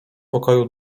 pokoju